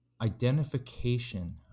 identification